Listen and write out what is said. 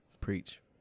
Preach